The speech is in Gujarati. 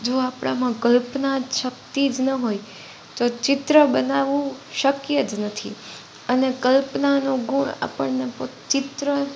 જો આપણામાં કલ્પના શક્તિ જ ન હોય તો ચિત્ર બનાવવું શક્ય જ નથી અને કલ્પનાનો ગુણ આપણને ચિત્ર